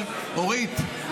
אורית,